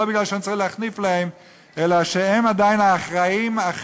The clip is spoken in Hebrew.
לא בגלל שאני צריך להחניף להם,